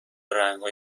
رنگهای